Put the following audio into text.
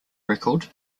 record